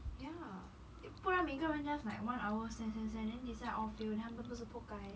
ya it 不然每个人 just like one hour send send send then they send all fail then 他们不是 pokai